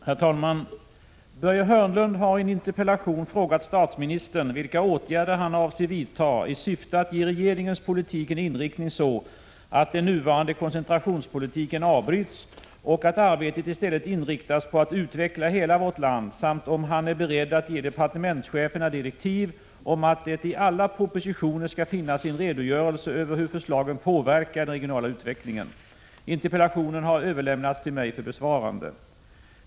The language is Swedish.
Herr talman! Börje Hörnlund har i en interpellation frågat statsministern vilka åtgärder han avser vidta i syfte att ge regeringens politik en inriktning så att den nuvarande koncentrationspolitiken avbryts och att arbetet i stället inriktas på att utveckla hela vårt land samt om han är beredd att ge departementscheferna direktiv om att det i alla propositioner skall finnas en redogörelse över hur förslagen påverkar den regionala utvecklingen. Interpellationen har överlämnats till mig för besvarande.